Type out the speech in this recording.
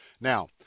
Now